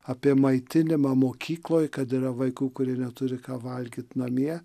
apie maitinimą mokykloj kad yra vaikų kurie neturi ką valgyt namie